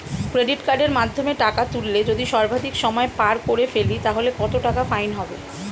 Credit কার্ডের মাধ্যমে টাকা তুললে যদি সর্বাধিক সময় পার করে ফেলি তাহলে কত টাকা ফাইন হবে?